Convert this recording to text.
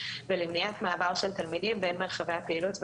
ולמניעת מעבר של תלמידים בין מרחבי הפעילות והמתקנים.